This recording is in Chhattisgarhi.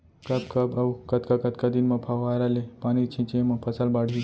कब कब अऊ कतका कतका दिन म फव्वारा ले पानी छिंचे म फसल बाड़ही?